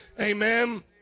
amen